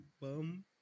bum